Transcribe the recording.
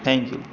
thank you